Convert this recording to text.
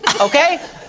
Okay